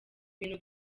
bintu